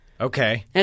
Okay